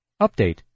Update